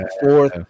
fourth